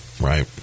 Right